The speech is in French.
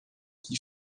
qui